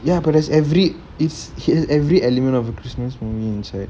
ya but as every it's has every element of a christmas movie inside